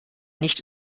nicht